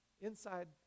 inside